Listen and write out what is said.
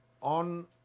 on